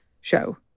show